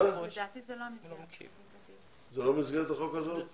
לדעתי זה לא ב --- זה לא במסגרת החוק הזאת?